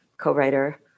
co-writer